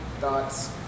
Thoughts